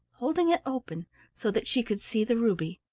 holding it open so that she could see the ruby.